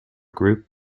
group